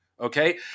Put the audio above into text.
Okay